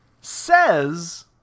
says